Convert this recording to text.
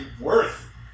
worth